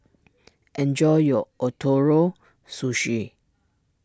enjoy your Ootoro Sushi